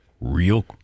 real